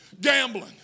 gambling